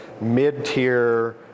mid-tier